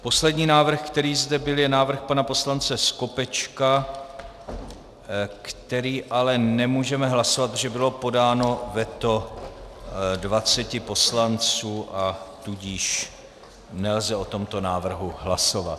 Poslední návrh, který zde byl, je návrh pana poslance Skopečka, který ale nemůžeme hlasovat, protože bylo podáno veto dvaceti poslanců, a tudíž nelze o tomto návrhu hlasovat.